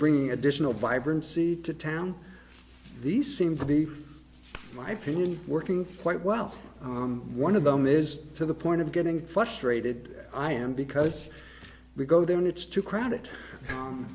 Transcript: bring additional vibrancy to town these seem to be my opinion working quite well one of them is to the point of getting frustrated i am because we go there and it's too crowded